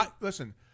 listen